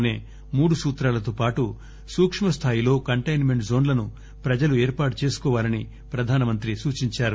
అసే మూడు సూత్రాలతో పాటు సూక్మ స్థాయిలో కంటైన్ మెంట్ జోన్లను ప్రజలు ఏర్పాటు చేసుకోవాలని ప్రధానమంత్రి సూచించారు